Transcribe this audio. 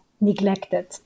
neglected